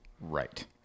Right